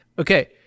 Okay